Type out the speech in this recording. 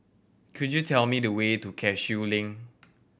could you tell me the way to Cashew Link